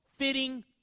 Fitting